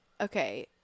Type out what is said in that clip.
okay